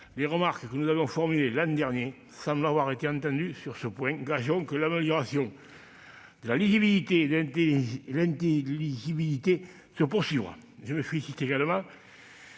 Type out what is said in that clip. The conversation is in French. Les remarques que nous avions formulées l'an dernier semblent avoir été entendues sur ce point. Gageons que l'amélioration de la lisibilité et de l'intelligibilité continuera. Je me félicite également